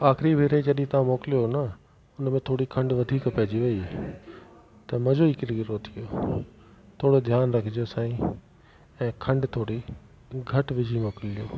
आख़िरी भेरे जॾहिं तव्हां मोकिलियो हुओ न उन में थोरी खंडु वधीक पइजी वई त मज़ो ई किरकिरो थी वियो थोरो ध्यानु रखजो साईं ऐं खंडु थोरी घटि विझी मोकिलजो